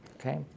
okay